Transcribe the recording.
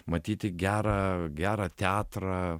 matyti gerą gerą teatrą